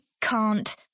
can't